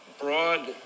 broad